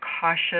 cautious